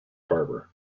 harbor